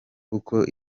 kuko